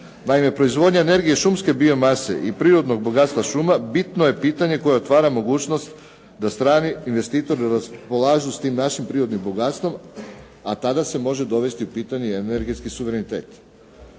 Naime, proizvodnja energije šumske biomase i prirodnog bogatstva šuma bitno je pitanje koje otvara mogućnost da strani investitor raspolaže s tim našim prirodnim bogatstvom a tada se može dovesti u pitanje i energetski suverenitet.